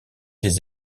des